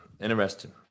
Interesting